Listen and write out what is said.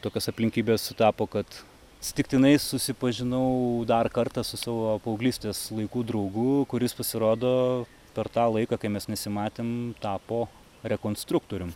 tokios aplinkybės sutapo kad atsitiktinai susipažinau dar kartą su savo paauglystės laikų draugu kuris pasirodo per tą laiką kai mes nesimatėm tapo rekonstruktorium